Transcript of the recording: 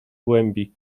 głębi